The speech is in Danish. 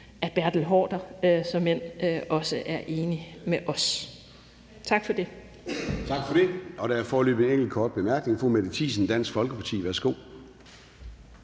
at Bertel Haarder såmænd er enig med os. Tak for det.